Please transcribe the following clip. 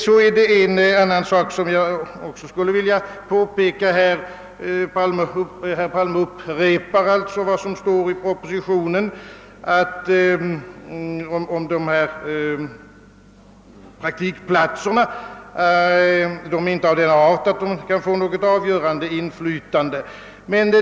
Statsrådet Palme upprepar vad som står i propositionen om praktikplatser, nämligen att de inte är av den arten att de kan få något avgörande inflytande.